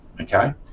Okay